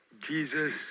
Jesus